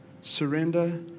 surrender